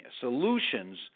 solutions